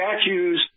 statues